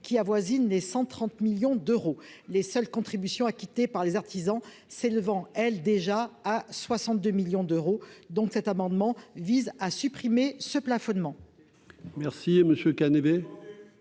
qui avoisine les 130 millions d'euros, les seules contributions acquittées par les artisans s'élevant elle déjà à 62 millions d'euros, donc, cet amendement vise à supprimer ce plafonnement.